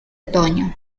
otoño